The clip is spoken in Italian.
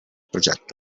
progetto